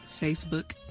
Facebook